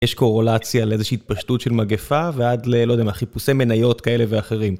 יש קורולציה לאיזושהי התפשטות של מגפה ועד ל... לא יודע מה, חיפושי מניות כאלה ואחרים.